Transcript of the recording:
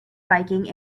biking